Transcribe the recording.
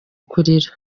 kurira